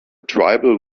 tribal